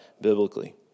biblically